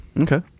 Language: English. Okay